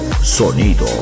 sonido